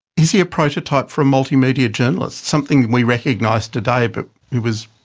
is he a prototype for a multimedia journalist, something we recognise today, but it was